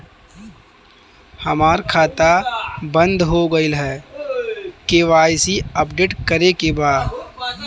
हमार खाता बंद हो गईल ह के.वाइ.सी अपडेट करे के बा?